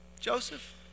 Joseph